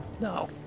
No